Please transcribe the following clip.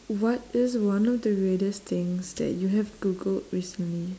what is one of the weirdest things that you have googled recently